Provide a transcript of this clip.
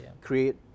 create